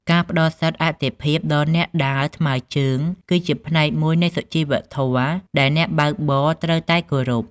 ការផ្តល់សិទ្ធិអាទិភាពដល់អ្នកដើរថ្មើរជើងគឺជាផ្នែកមួយនៃសុជីវធម៌ដែលអ្នកបើកបរត្រូវតែគោរព។